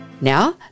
Now